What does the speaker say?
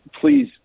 Please